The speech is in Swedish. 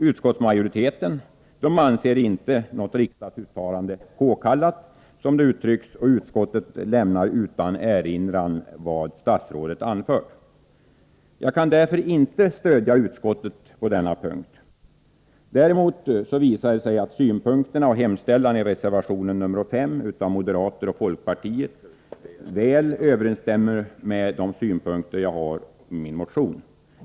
Utskottsmajoriteten anser inte något uttalande påkallat, som det uttrycks, och utskottet lämnar utan erinran vad statsrådet anfört. Jag kan därför inte stödja utskottet på denna punkt. Däremot överensstämmer synpunkterna och hemställan i reservationen 5 av moderata samlingspartiet och folkpartiet väl med min motion.